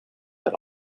but